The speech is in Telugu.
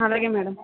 అలాగే మ్యాడం